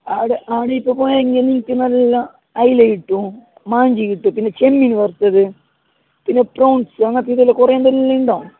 ആടെ ആടെ ഇപ്പോപ്പോയാൽ എങ്ങനേം നിങ്ങൾക്ക് നല്ല അയല കിട്ടും മാഞ്ചി കിട്ടും പിന്നെ ചെമ്മീൻ വറുത്തത് പിന്നെ പ്രോൺസ് അങ്ങനത്തെ ഇതെല്ലാം കുറെ ഇതെല്ലാമുണ്ടാകും